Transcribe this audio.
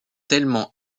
tellement